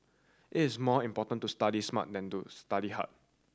it is more important to study smart than to study hard